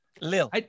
Lil